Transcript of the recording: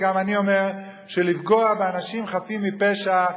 וגם אני אומר שלפגוע באנשים חפים מפשע,